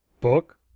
book